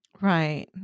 Right